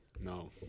No